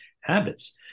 habits